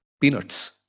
peanuts